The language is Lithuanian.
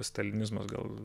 stalinizmas gal